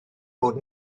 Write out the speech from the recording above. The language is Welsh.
bod